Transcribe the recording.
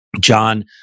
John